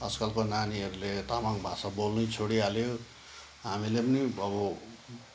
आजकलको नानीहरूले तामाङ भाषा बोल्नै छोडिहाल्यो हामीले पनि अब